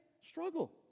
struggle